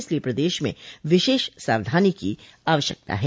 इसलिए प्रदेश में विशेष सावधानी की आवश्यकता है